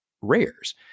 rares